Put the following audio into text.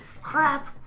Crap